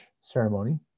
ceremony